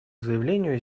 заявлению